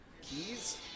keys